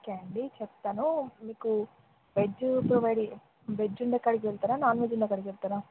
okay అండి చెప్తాను మీకు వెజ్ ప్రొవైడ్ వెజ్ ఉన్న కాడకి వెళ్తారా నాన్ వెజ్ ఉన్న కాడకి వెళ్తారా